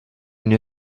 une